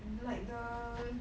like the